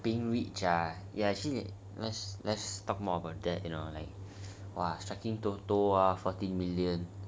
being rich ya let's let's talk more about that you know like !wah! striking toto ah fourteen million